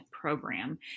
program